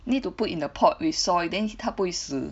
need to put in the pot with soil then 它不会死